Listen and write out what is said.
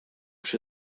się